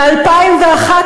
ב-2011,